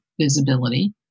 visibility